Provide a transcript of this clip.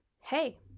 hey